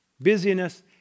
Busyness